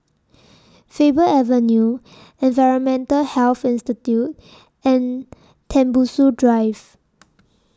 Faber Avenue Environmental Health Institute and Tembusu Drive